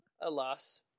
alas